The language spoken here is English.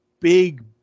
big